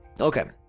okay